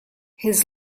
his